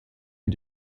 est